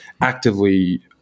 actively